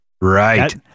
Right